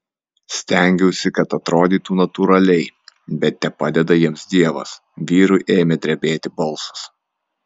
stengiausi kad atrodytų natūraliai bet tepadeda jiems dievas vyrui ėmė drebėti balsas